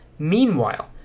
Meanwhile